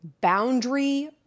boundary